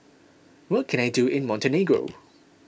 what can I do in Montenegro